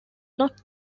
not